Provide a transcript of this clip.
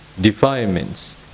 defilements